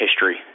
history